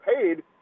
paid